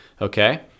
Okay